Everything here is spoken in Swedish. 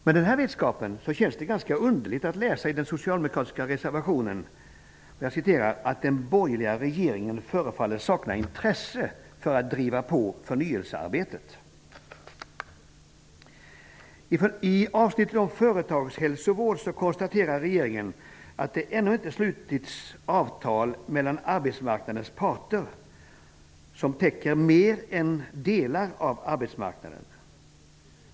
Med denna vetskap känns det underligt att läsa i den socialdemokratiska reservationen ''att den borgerliga regeringen förefaller sakna intresse för att driva på förnyelsearbetet''. I avsnittet om företagshälsovård konstaterar regeringen att det ännu inte slutits avtal mellan arbetsmarknadens parter som täcker mer än vissa delar av arbetsmarknaden.